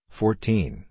fourteen